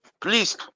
please